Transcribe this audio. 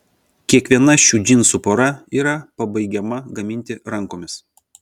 kiekviena šių džinsų pora yra pabaigiama gaminti rankomis